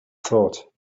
thought